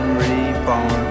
reborn